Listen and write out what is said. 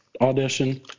audition